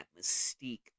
mystique